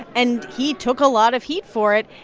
and he took a lot of heat for it.